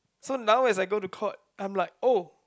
so now as I go to court I'm like oh